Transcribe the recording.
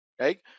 right